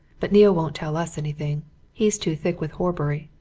but neale won't tell us anything he's too thick with horbury.